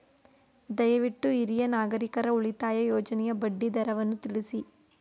ದಯವಿಟ್ಟು ಹಿರಿಯ ನಾಗರಿಕರ ಉಳಿತಾಯ ಯೋಜನೆಯ ಬಡ್ಡಿ ದರವನ್ನು ತಿಳಿಸಿ